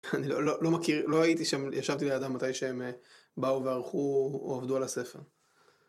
אני לא מכיר, לא הייתי שם, ישבתי לידה מתי שהם באו וערכו או עבדו על הספר.